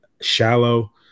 shallow